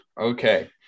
Okay